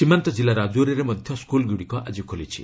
ସୀମାନ୍ତ ଜିଲ୍ଲା ରାଜୌରୀରେ ମଧ୍ୟ ସ୍କୁଲ୍ଗୁଡ଼ିକ ଆଜି ଖୋଲିଛି